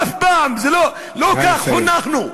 אף פעם, לא כך חונכנו,